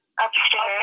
upstairs